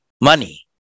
money